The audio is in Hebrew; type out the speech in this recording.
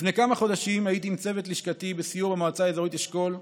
לפני כמה חודשים הייתי עם צוות לשכתי בסיור במועצה האזורית אשכול.